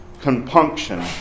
compunction